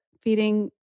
feeding